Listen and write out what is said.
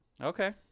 Okay